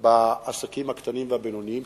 בעסקים הקטנים והבינוניים,